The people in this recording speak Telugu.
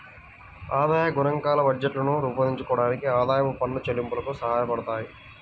ఆదాయ గణాంకాలు బడ్జెట్లను రూపొందించడానికి, ఆదాయపు పన్ను చెల్లింపులకు సహాయపడతాయి